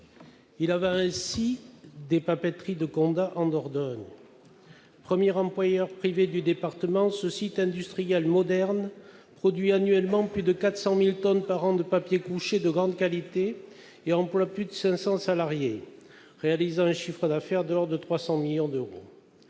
Il en va ainsi des papeteries de Condat, en Dordogne. Premier employeur privé du département, ce site industriel moderne produit annuellement plus de 400 000 tonnes de papier couché de grande qualité et emploie plus de 500 salariés. Il réalise un chiffre d'affaires de l'ordre de 300 millions d'euros.